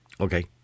Okay